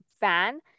fan